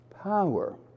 power